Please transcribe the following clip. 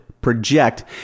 project